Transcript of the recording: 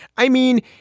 i mean,